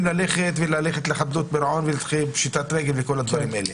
ללכת לחדלות פירעון ולפשיטת רגל וכל הדברים האלה.